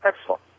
Excellent